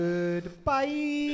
Goodbye